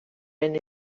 and